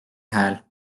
hääl